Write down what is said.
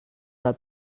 del